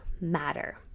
matter